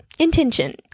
intention